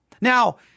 Now